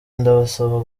ndabasaba